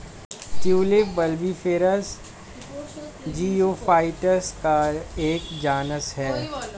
tulip bulbiferous geophytes का एक genus है